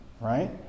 right